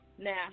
Now